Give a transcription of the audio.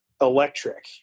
electric